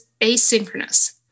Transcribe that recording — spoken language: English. asynchronous